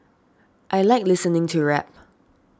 I like listening to rap